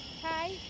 Hi